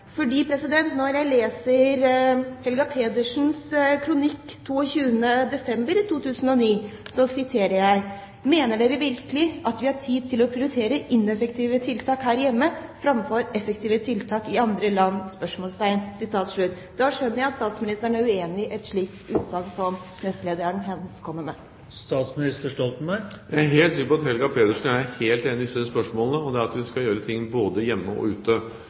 kronikk i Nationen 22. desember 2009: «Mener dere virkelig at vi har tid til å prioritere ineffektive tiltak her hjemme framfor effektive tiltak i andre land?» Da skjønner jeg at statsministeren er uenig i et slikt utsagn som nestlederen hans kommer med. Jeg er helt sikker på at Helga Pedersen og jeg er helt enige i disse spørsmålene – at vi skal gjøre ting både hjemme og ute.